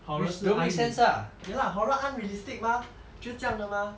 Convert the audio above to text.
horror 是 unreal~ ya lah horror unrealistic mah 就这样的 mah